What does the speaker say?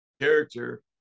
character